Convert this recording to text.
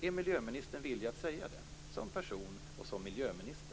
Är miljöministern villig att säga det, som person och som miljöminister?